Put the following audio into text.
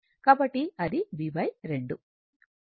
కాబట్టి అది b2